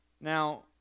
Now